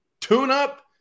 tune-up